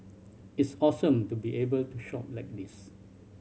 it's awesome to be able to shop like this